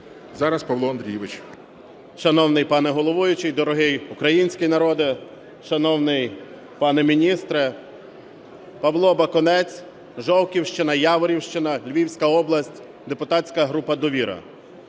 П.А. Шановний пане головуючий, дорогий український народе, шановний пане міністре! Павло Бакунець, Жовківщина, Яворівщина, Львівська область, депутатська група "Довіра".